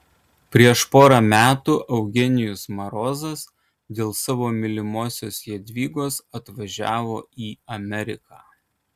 prieš porą metų eugenijus marozas dėl savo mylimosios jadvygos atvažiavo į ameriką